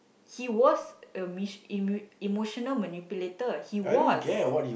he was a mi~ emu~ emotional manipulator he was